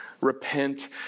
Repent